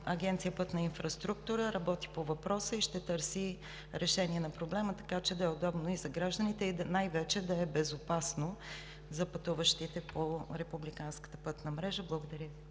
Агенция „Пътна инфраструктура“ работи по въпроса и ще търси решение на проблема, така че да е удобно за гражданите и най-вече да е безопасно за пътуващите по републиканската пътна мрежа. Благодаря Ви.